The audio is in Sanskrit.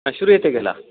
आ श्रूयते खिल